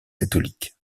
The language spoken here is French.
catholique